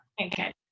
okay